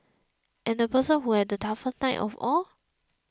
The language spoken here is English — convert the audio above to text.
and the person who had the toughest night of all